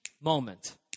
moment